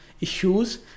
issues